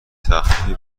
تخفیفی